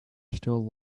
still